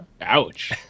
Ouch